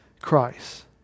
Christ